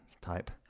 type